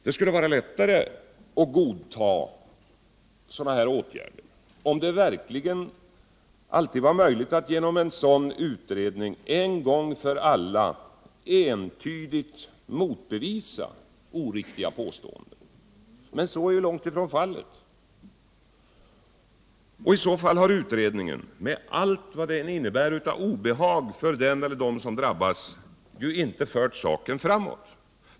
Det skulle vara lättare att godta en såcan åtgärd om det verkligen alltid var möjligt att genom en sådan utredning en gång för alla entydigt motbevisa oriktiga påståenden. Men så är långt ifrån fallet. Och då har utredningen med allt vad den innebär av obehag för den eller dem som drabbas inte fört saken framåt.